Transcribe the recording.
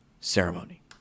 ceremony